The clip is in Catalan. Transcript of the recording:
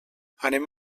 anem